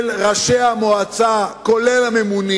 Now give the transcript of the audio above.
היא לא על דעתם של ראשי המועצה, כולל הממונים,